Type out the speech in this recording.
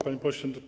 Panie Pośle!